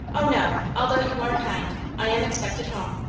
oh, no although you are kind. i am expected home.